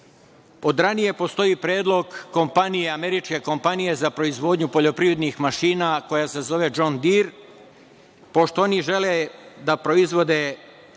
od ranije postoji predlog američke kompanije za proizvodnju poljoprivrednih mašina koja se zove „DŽon Gir“ pošto oni žele da proizvode mašine